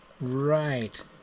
Right